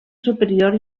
superior